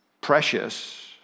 Precious